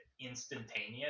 instantaneous